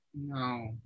no